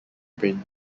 print